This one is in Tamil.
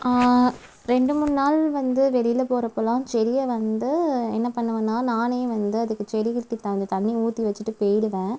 ரெண்டு மூணு நாள் வந்து வெளியில போறப்பலாம் செடியை வந்து என்ன பண்ணுவேன்னா நானே வந்து அதுக்கு செடிகளுக்கு தகுந்த தண்ணீர் ஊற்றி வச்சுட்டு போய்டுவேன்